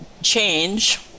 change